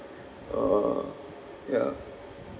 uh yeah